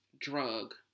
drug